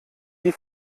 die